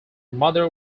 mother